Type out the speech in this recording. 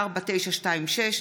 4926,